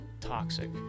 toxic